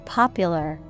popular